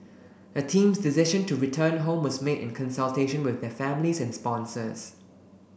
the team's decision to return home was made in consultation with their families and sponsors